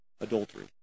adultery